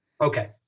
okay